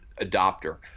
adopter